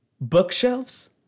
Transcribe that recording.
Bookshelves